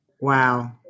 Wow